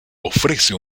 ofrece